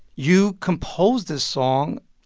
you composed this song,